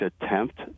attempt